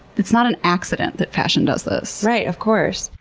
it's not an accident that fashion does this. right, of course.